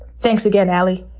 thanks again, alie.